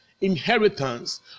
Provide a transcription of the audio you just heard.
inheritance